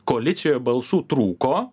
koalicijoje balsų trūko